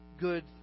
good